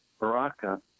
Baraka